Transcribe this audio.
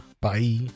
Bye